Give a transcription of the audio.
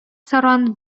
саран